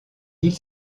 îles